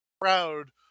proud